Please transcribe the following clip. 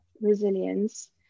resilience